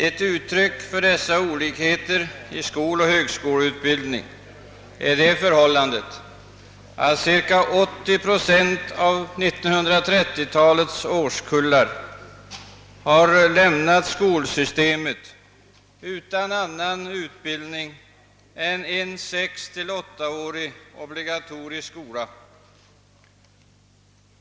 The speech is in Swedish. Ett uttryck för dessa olikheter i skoloch högskoleutbildning är det förhållandet att cirka 80 procent av 1930-talets årskullar har lämnat skolsystemet utan annan utbildning än en sextill åttaårig obligatorisk skola.